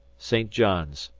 st. john's,